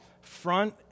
front